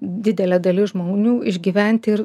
didelė dalis žmonių išgyventi ir